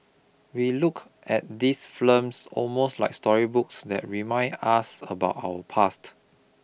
we look at these films almost like storybooks that remind us about our past